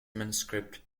manuscript